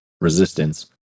resistance